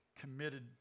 committed